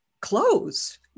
clothes